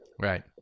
Right